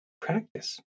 practice